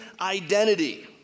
identity